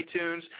iTunes